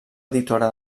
editora